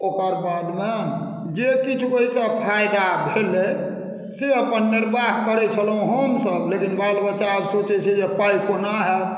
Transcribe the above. ओकर बादमे जे किछु ओहि से फायदा भेलै से अपन निर्वाह करैत छलहुँ हम सभ लेकिन बाल बच्चा आब सोचैत छै पाइ कोना होयत